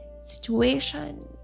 situation